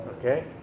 okay